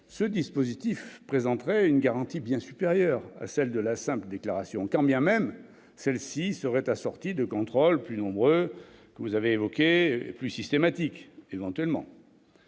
Ce dispositif présenterait une garantie bien supérieure à celle de la simple déclaration, quand bien même celle-ci serait assortie de contrôles plus nombreux et plus systématiques. Une